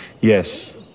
Yes